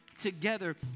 together